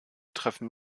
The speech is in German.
treffen